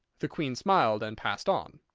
the queen smiled and passed on.